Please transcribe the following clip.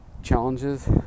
Challenges